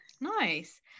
Nice